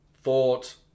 thought